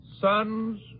sons